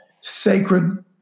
sacred